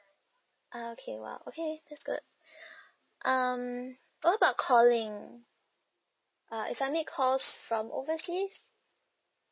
uh okay well okay that's good um what about calling uh if I make calls from overseas